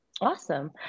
Awesome